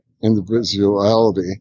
individuality